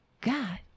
God